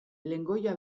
lengoaia